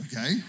okay